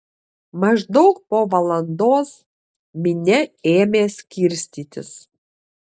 maždaug po valandos minia ėmė skirstytis